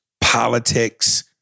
politics